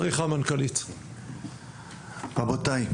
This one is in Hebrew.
רבותיי,